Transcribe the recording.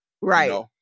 Right